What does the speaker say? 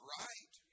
right